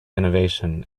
innovation